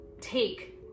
take